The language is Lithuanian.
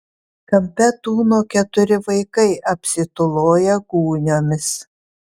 kampe tūno keturi vaikai apsitūloję gūniomis